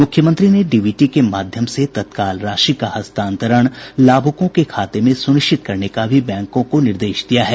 मुख्यमंत्री ने डीबीटी के माध्यम से तत्काल राशि का हस्तांतरण लाभुकों के खाते में सुनिश्चित करने का भी बैंकों को निर्देश दिया है